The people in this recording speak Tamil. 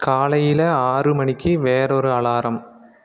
காலையில் ஆறு மணிக்கு வேறொரு அலாரம்